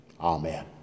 Amen